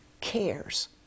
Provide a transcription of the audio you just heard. cares